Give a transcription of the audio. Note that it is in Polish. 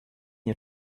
nie